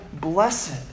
blessed